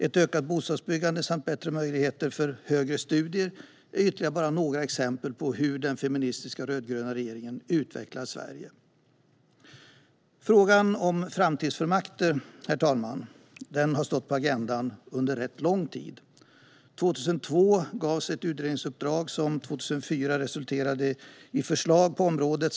Ett ökat bostadsbyggande samt bättre möjligheter för högre studier är ytterligare bara några exempel på hur den feministiska rödgröna regeringen utvecklar Sverige. Frågan om framtidsfullmakter, herr talman, har stått på agendan under rätt lång tid. År 2002 gavs ett utredningsuppdrag som 2004 resulterade i förslag på området.